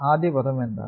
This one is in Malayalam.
ആദ്യ പദം എന്താണ്